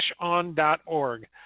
fishon.org